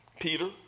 Peter